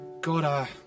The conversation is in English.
God